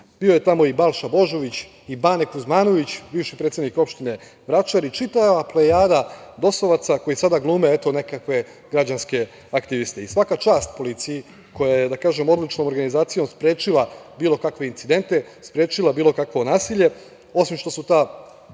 Bio je tamo i Balša Božović i Bane Kuzmanović, bivši predsednik opštine Vračar i čitava plejada DOS-ovaca koji sada glume tu nekakve građanske aktiviste. Svaka čast policiji koja je odličnom organizacijom sprečila bilo kakve incidente, sprečila bilo kakvo nasilje, osim što su ta